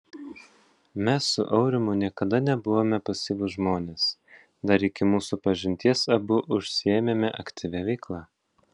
mes su aurimu niekada nebuvome pasyvūs žmonės dar iki mūsų pažinties abu užsiėmėme aktyvia veikla